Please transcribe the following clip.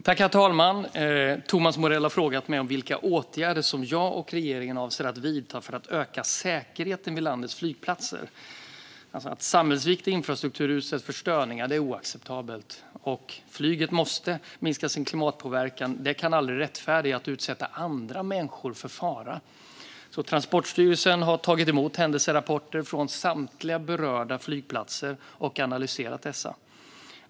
Herr talman! Thomas Morell har frågat mig om vilka åtgärder som jag och regeringen avser att vidta för att öka säkerheten vid landets flygplatser. Att samhällsviktig infrastruktur utsätts för störningar är oacceptabelt. Att flyget måste minska sin klimatpåverkan kan aldrig rättfärdiga att utsätta andra människor för fara. Transportstyrelsen har tagit emot händelserapporter från samtliga berörda flygplatser och analyserat dessa.